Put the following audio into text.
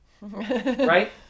Right